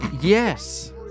Yes